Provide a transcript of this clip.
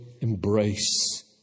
embrace